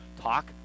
talk